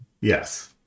Yes